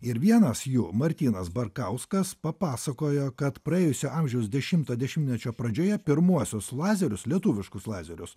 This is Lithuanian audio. ir vienas jų martynas barkauskas papasakojo kad praėjusio amžiaus dešimto dešimtmečio pradžioje pirmuosius lazerius lietuviškus lazerius